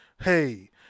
Hey